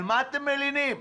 על מה אתם מלינים?